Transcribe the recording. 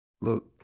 Look